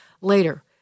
later